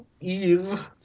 Eve